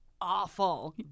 awful